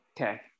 Okay